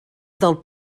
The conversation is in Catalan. del